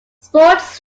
sports